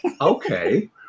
okay